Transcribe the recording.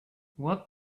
what